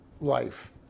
life